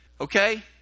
Okay